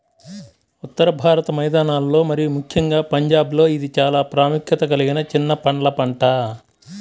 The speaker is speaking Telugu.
ఉత్తర భారత మైదానాలలో మరియు ముఖ్యంగా పంజాబ్లో ఇది చాలా ప్రాముఖ్యత కలిగిన చిన్న పండ్ల పంట